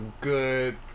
good